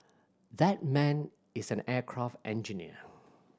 that man is an aircraft engineer